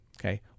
Okay